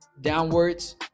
downwards